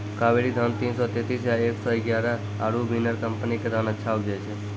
कावेरी धान तीन सौ तेंतीस या एक सौ एगारह आरु बिनर कम्पनी के धान अच्छा उपजै छै?